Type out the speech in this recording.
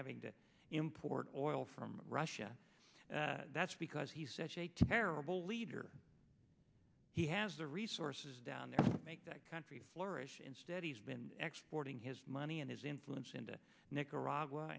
having to import oil from russia that's because he says a terrible leader he has the resources down there to make that country flourish instead he's been exploiting his money and his influence into nicaragua